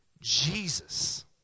Jesus